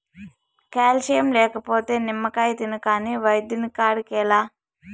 calcium లేకపోతే నిమ్మకాయ తిను కాని వైద్యుని కాడికేలా